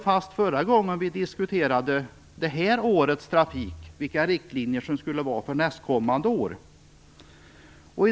Förra gången vi diskuterade det här årets trafik fastställde vi riktlinjerna för nästkommande år.